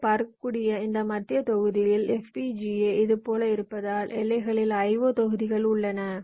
நீங்கள் பார்க்கக்கூடிய இந்த மத்திய தொகுதியில் FPGA இது போல இருப்பதால் எல்லைகளில் IO தொகுதிகள் உள்ளன